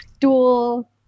dual